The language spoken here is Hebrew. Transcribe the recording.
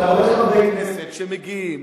אתה רואה חברי כנסת שמגיעים